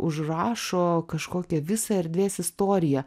užrašo kažkokią visą erdvės istoriją